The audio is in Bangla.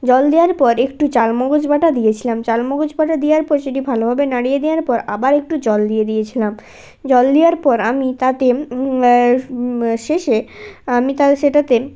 জল দেওয়ার পর একটু চারমগজ বাটা দিয়েছিলাম চারমগজ বাটা দেওয়ার পর সেটি ভালোভাবে নাড়িয়ে দেওয়ার পর আবার একটু জল দিয়ে দিয়েছিলাম জল দেওয়ার পর আমি তাতে শেষে আমি তাতে সেটাকে